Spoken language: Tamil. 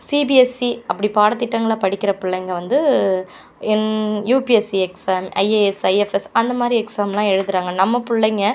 சிபிஎஸ்இ அப்படி பாடத்திட்டங்களாக படிக்கிற பிள்ளைங்க வந்து என் யுபிஎஸ்சி எக்ஸாம் ஐஏஎஸ் ஐஎஃப்எஸ் அந்த மாதிரி எக்ஸாம்லால் எழுதறாங்க நம்ம பிள்ளைங்க